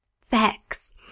Facts